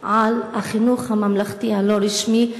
על החינוך הממלכתי הלא-רשמי,